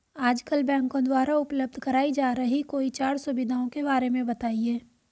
आजकल बैंकों द्वारा उपलब्ध कराई जा रही कोई चार सुविधाओं के बारे में बताइए?